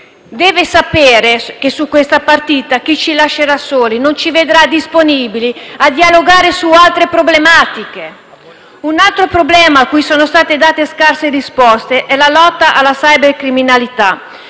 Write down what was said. deve sapere che su questa partita non ci vedrà disponibili a dialogare su altre problematiche. Un altro problema a cui sono state date scarse risposte è la lotta alla cybercriminalità,